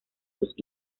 sus